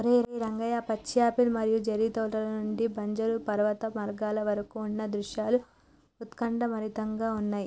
ఓరై రంగయ్య పచ్చి యాపిల్ మరియు చేర్రి తోటల నుండి బంజరు పర్వత మార్గాల వరకు ఉన్న దృశ్యాలు ఉత్కంఠభరితంగా ఉన్నయి